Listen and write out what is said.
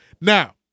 Now